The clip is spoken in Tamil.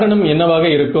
காரணம் என்னவாக இருக்கும்